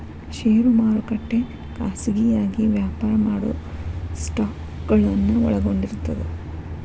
ಷೇರು ಮಾರುಕಟ್ಟೆ ಖಾಸಗಿಯಾಗಿ ವ್ಯಾಪಾರ ಮಾಡೊ ಸ್ಟಾಕ್ಗಳನ್ನ ಒಳಗೊಂಡಿರ್ತದ